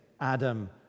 Adam